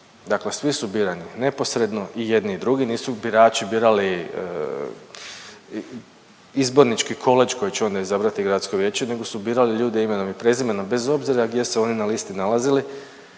Dakle svi su birani neposredno i jedni i drugi. Nisu birači birali izbornički koledž koji će onda izabrati gradsko vijeće nego su birali ljude imenom i prezimenom bez obzira gdje se oni na listi nalazili.